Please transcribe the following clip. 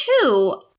two